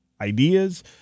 ideas